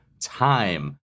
time